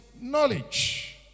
knowledge